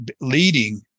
Leading